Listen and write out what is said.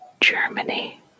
Germany